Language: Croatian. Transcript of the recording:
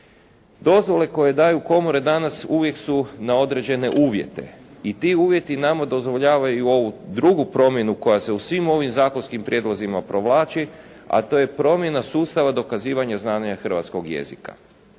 Dozvole koje daju komore danas uvijek su na određene uvjete i ti uvjeti nama dozvoljavaju ovu drugu promjenu koja se u svim ovim zakonskim prijedlozima provlači, a to je promjena sustava dokazivanja znanja hrvatskog jezika.